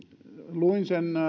luin sen